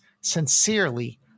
sincerely